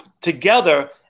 together